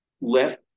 left